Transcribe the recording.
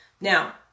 Now